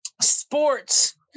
sports